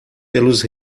pelos